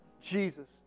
Jesus